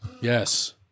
Yes